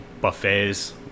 buffets